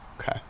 Okay